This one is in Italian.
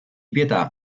pietà